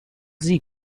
sie